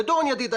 ודורון ידיד,